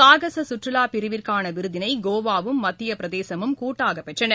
சாகச சுற்றுலா பிரிவிற்னன விருதினை கோவாவும் மத்தியப் பிரதேசமும் கூட்டாக பெற்றன